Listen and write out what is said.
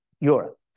Europe